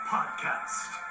Podcast